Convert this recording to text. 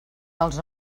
dels